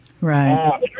Right